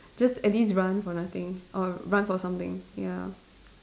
just at least run for nothing or run for something ya